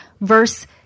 verse